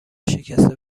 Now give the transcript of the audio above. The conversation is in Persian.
شکسته